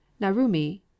Narumi